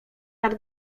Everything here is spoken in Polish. nad